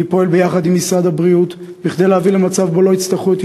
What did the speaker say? אני פועל ביחד עם משרד הבריאות כדי להביא למצב שבו לא יצטרכו את